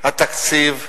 התקציב שלה.